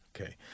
Okay